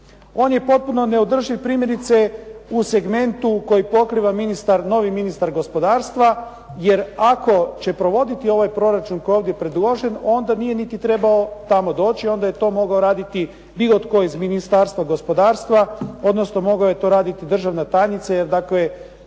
On je potpuno neodrživ primjerice u segmentu koji pokriva novi ministar gospodarstva jer ako će provoditi ovaj proračun koji je ovdje predložen onda nije niti trebao tamo doći, onda je to mogao raditi bilo tko iz Ministarstva gospodarstva odnosno mogla je to raditi državna tajnica jer dakle